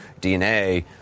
DNA